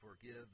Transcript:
forgive